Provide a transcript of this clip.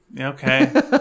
okay